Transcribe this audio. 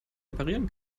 reparieren